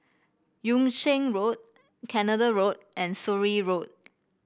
Yung Sheng Road Canada Road and Surrey Road